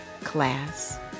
class